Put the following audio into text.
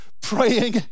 praying